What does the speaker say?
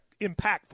impactful